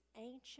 ancient